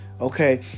okay